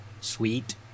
sweet